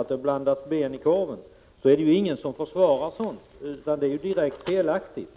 att det blandas in ben i korven — är det ingen som försvarar detta, utan det är direkt felaktigt.